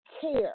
care